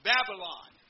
Babylon